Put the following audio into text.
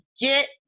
get